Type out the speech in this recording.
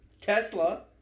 Tesla